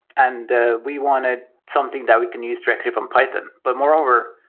and we wanted something that we can use directly from python. but moreover,